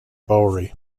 bowery